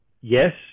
yes